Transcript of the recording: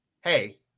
hey